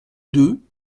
deux